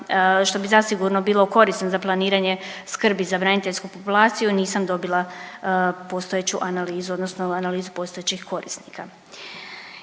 što bi zasigurno bilo korisno za planiranje skrbi za braniteljsku populaciju. Nisam dobila postojeću analizu odnosno analizu postojećih korisnika.